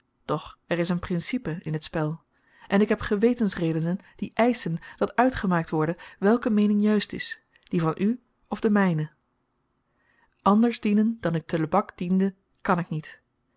toeschynt doch er is een principe in t spel en ik heb gewetensredenen die eischen dat uitgemaakt worde welke meening juist is die van u of de myne anders dienen dan ik te lebak diende kan ik niet